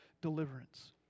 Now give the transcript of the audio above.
deliverance